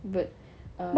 but err